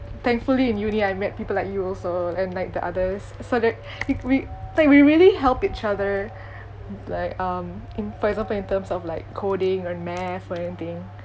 thankfully in uni I met people like you also and like the others so tha~ w~ we like we really help each other like um in for example in terms of like coding or math or anything